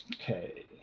Okay